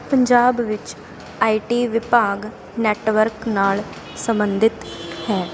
ਪੰਜਾਬ ਵਿੱਚ I T ਵਿਭਾਗ network ਨਾਲ ਸੰਬੰਧਿਤ ਹੈ